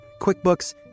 QuickBooks